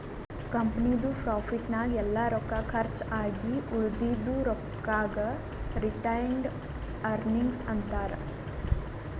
ಕಂಪನಿದು ಪ್ರಾಫಿಟ್ ನಾಗ್ ಎಲ್ಲಾ ರೊಕ್ಕಾ ಕರ್ಚ್ ಆಗಿ ಉಳದಿದು ರೊಕ್ಕಾಗ ರಿಟೈನ್ಡ್ ಅರ್ನಿಂಗ್ಸ್ ಅಂತಾರ